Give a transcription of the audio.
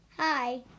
hi